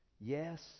yes